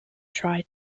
try